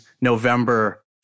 November